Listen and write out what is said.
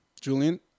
Julian